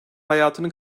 hayatını